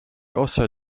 also